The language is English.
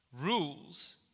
rules